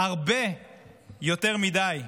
הרבה יותר מדי,